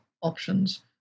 options